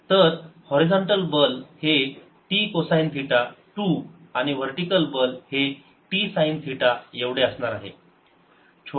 तर हॉरिझॉन्टल बल हे t कोसाइन थिटा 2 आणि वर्टीकल बल हे t साईन थिटा एवढे असणार आहे